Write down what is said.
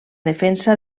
defensa